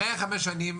אחרי ה-5 שנים,